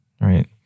Right